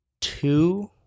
two